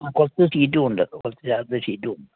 ആ കുറച്ച് ഷീറ്റുമുണ്ട് കുറച്ച് ചേർത്ത് ഷീറ്റുമുണ്ട്